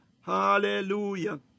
hallelujah